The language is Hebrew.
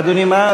אדוני, מה?